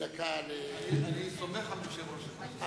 אני סומך על יושב-ראש הכנסת.